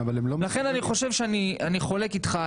לכן אני חולק עליך,